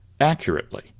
accurately